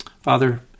Father